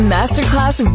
Masterclass